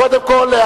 קודם כול,